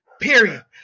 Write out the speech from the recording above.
period